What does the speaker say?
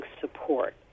support